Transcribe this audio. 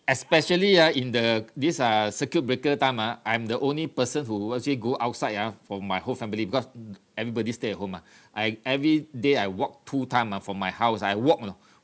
especially ah in the this uh circuit breaker time ah I'm the only person who actually go outside ah for my whole family because everybody stay at home mah I every day I walk two time ah from my house I walk you know